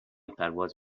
پرواز